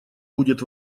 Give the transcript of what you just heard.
будет